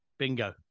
bingo